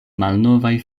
malnovaj